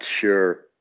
sure